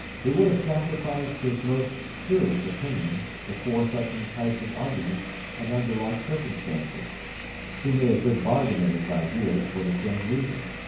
he would have sacrificed his most serious opinion before such enticing arguments and under like circumstances he made a good bargain of his ideas for the same reason,